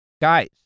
guys